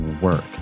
work